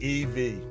EV